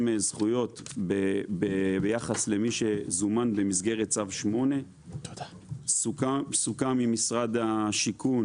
זכויות ביחס למי שזומן במסגרת צו 8. סוכם עם משרד השיכון